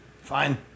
fine